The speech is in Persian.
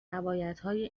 روایتهای